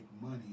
money